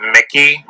Mickey